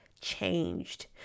changed